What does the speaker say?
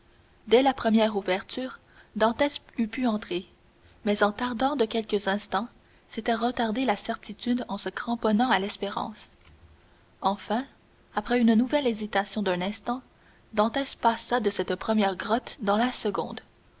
dès la première ouverture dantès eût pu entrer mais en tardant de quelques instants c'était retarder la certitude en se cramponnant à l'espérance enfin après une nouvelle hésitation d'un instant dantès passa de cette première grotte dans la seconde